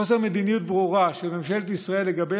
חוסר מדיניות ברורה של ממשלת ישראל לגבי